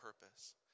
purpose